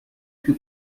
più